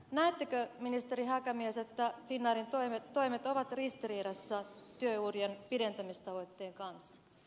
näettekö ministeri häkämies että finnairin toimet ovat ristiriidassa työurien pidentämistavoitteen kanssa